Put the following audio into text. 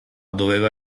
doveva